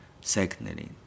Secondly